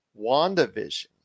WandaVision